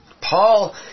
Paul